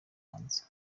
hanze